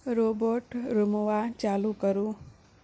robot Roomba चालू करू